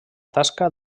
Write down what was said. tasca